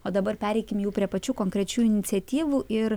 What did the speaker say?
o dabar pereikim jau prie pačių konkrečių iniciatyvų ir